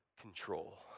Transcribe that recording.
control